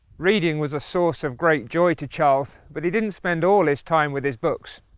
reading was a source of great joy to charles, but he didn't spend all his time with his books.